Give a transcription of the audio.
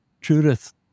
judith